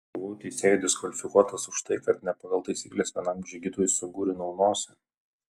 buvau teisėjų diskvalifikuotas už tai kad ne pagal taisykles vienam džigitui sugurinau nosį